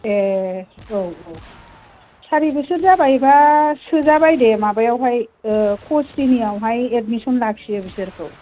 ए औ औ सारि बोसोर जाबायबा सोजासिगोन दे माबायावहाय ख' स्रेनियावहाय एदमिसन लाखियो बिसोरखौ